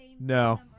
No